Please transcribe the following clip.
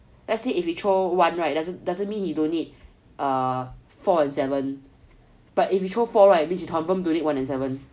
let's say if he throw one right doesn't doesn't mean he don't need are four and seven but if he throw four right means he confirm don't need one and seven